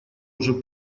уже